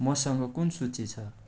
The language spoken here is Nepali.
मसँग कुन सूची छ